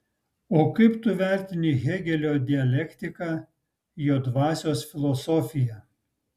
o kaip tu vertini hėgelio dialektiką jo dvasios filosofiją